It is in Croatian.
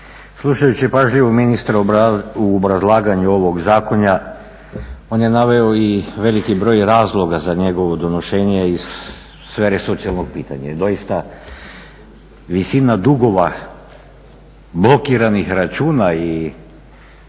Slušajući pažljivo ministra u obrazlaganju ovog zakona on je naveo i veliki broj razloga za njegovo donošenje … pitanja jer doista visina dugova, blokiranih računa